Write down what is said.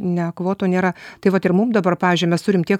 ne kvotų nėra tai vat ir mum dabar pavyzdžiui mes turim tiek